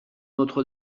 notre